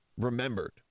remembered